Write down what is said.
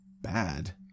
bad